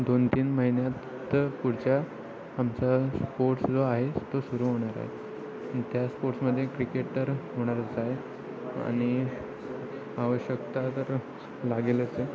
दोन तीन महिन्यात पुढच्या आमचा स्पोर्ट्स जो आहे तो सुरू होणार आहे आणि त्या स्पोर्ट्समध्ये क्रिकेट तर होणारच आहे आणि आवश्यकता तर लागेलच आहे